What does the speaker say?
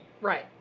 Right